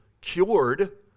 cured